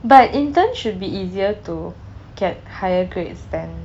but intern should be easier to get higher grades than